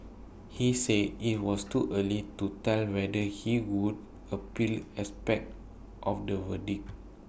he said IT was too early to tell whether he would appeal aspects of the verdict